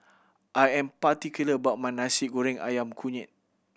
I am particular about my Nasi Goreng Ayam Kunyit